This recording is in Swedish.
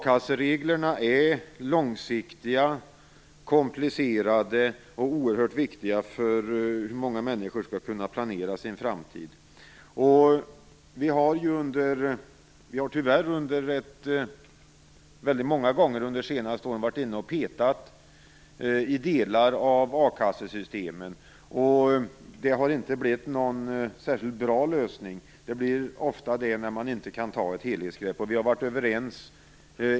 A-kassereglerna är långsiktiga, komplicerade och oerhört viktiga för hur många människor skall kunna planera sin framtid. Det blir det ofta inte när man inte kan ta ett helhetsgrepp.